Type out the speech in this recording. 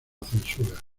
censura